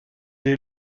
est